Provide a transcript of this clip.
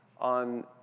on